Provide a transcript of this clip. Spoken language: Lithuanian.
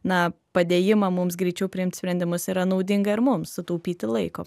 na padėjimą mums greičiau priimti sprendimus yra naudinga ir mums sutaupyti laiko